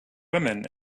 women